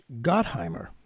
Gottheimer